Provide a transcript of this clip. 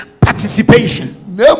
participation